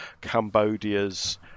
Cambodia's